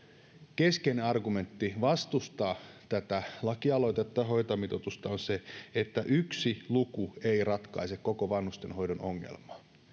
keskeinen argumentti vastustaa tätä lakialoitetta hoitajamitoitusta on se että yksi luku ei ratkaise koko vanhustenhoidon ongelmaa